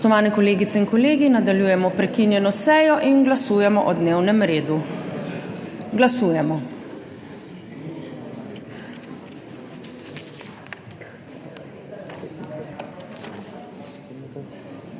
Spoštovani kolegice in kolegi, nadaljujemo prekinjeno sejo in glasujemo o dnevnem redu. Glasujemo.